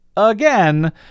Again